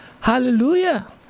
Hallelujah